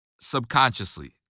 subconsciously